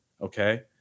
okay